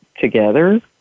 together